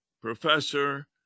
professor